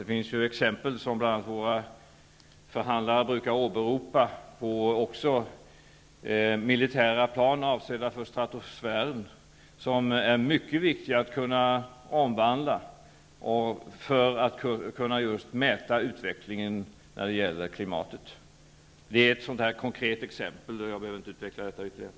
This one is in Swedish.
Det finns ju exempel som bl.a. våra förhandlare brukar åberopa, bl.a. militära plan avsedda för stratosfären som är mycket viktiga att kunna omvandla så att de kan användas för att mäta utvecklingen när det gäller klimatet. Det är ett konkret exempel, och jag behöver inte utveckla frågan ytterligare.